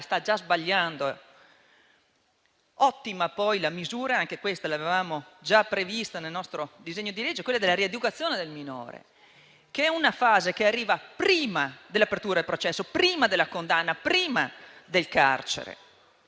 sta già sbagliando. Ottima poi la misura (che avevamo già previsto nel nostro disegno di legge) della rieducazione del minore, in una fase che arriva prima dell'apertura del processo, prima della condanna, prima del carcere.